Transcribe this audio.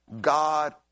God